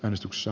äänestyksessä